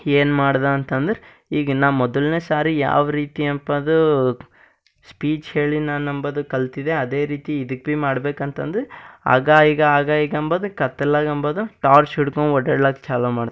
ಏನು ಮಾಡ್ದೆ ಅಂತಂದರೆ ಈಗಿನ್ನು ಮೊದಲನೇ ಸಾರಿ ಯಾವ ರೀತಿಯಪ್ಪಾ ಅದು ಸ್ಪೀಚ್ ಹೇಳಿ ನಾನಂಬದು ಕಲ್ತಿದ್ದೆ ಅದೇ ರೀತಿ ಇದಕ್ಕೆ ಬಿ ಮಾಡ್ಭೇಕಂತಂದು ಆಗ ಈಗ ಆಗ ಈಗ ಅಂಬದು ಕತ್ತಲಾಗ ಅಂಬದು ಟಾರ್ಚ್ ಹಿಡ್ಕೊಂಡು ಓಡಾಡ್ಲಕ್ಕೆ ಛಾಲು ಮಾಡಿದೆ